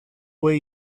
way